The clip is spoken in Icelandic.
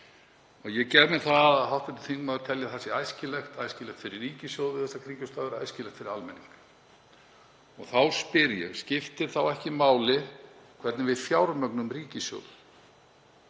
Ég gef mér að hv. þingmaður telji að það sé æskilegt, æskilegt fyrir ríkissjóð við þessar kringumstæður og æskilegt fyrir almenning. Þá spyr ég: Skiptir þá ekki máli hvernig við fjármögnum ríkissjóð?